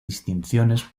distinciones